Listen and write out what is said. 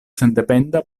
sendependa